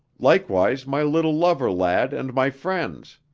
likewise my little lover lad and my friends,